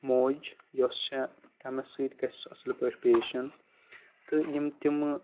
موج یۄس چھےٚ أمِس سۭتۍ گژھِ سُہ اصٕل پٲٹھۍ پیش یُن تہٕ یِم تِمہٕ